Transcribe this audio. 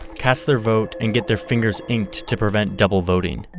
cast their vote, and get their fingers inked to prevent double voting.